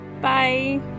Bye